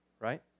right